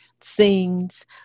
scenes